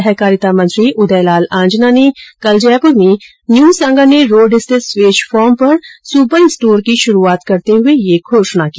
सहकारिता मंत्री उदय लाल आंजना ने कल जयपुर में न्यू सांगानेर रोड स्थित स्वेज फार्म पर सुपर स्टोर की शुरूआत करते हुए ये घोषणा की